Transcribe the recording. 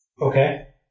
Okay